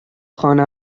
خانه